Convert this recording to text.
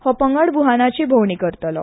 हो पंगड व्रहानाची भोंवडी करतलो